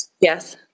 Yes